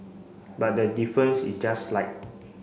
but the difference is just slight